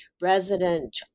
resident